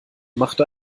machte